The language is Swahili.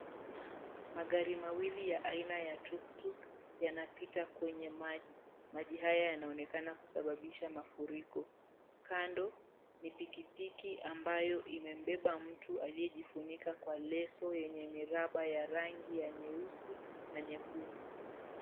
Magari mawili ya aina ya tuktuk yanapita kwenye maji, maji haya yanaonekana kusababisha mafuriko. Kando, ni pikipiki iliyobeba mtu aliyejifunika kwa leso yenye miraba ya nyeusi na nyekundu.